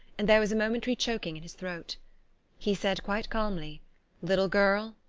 and there was a momentary choking in his throat he said quite calmly little girl,